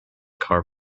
car